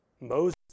Moses